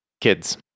kids